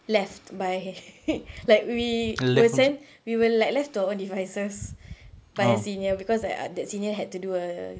left by like we were sent we were like left to our own devices by our senior because that senior had to do err